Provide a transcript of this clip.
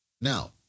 Now